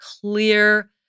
clear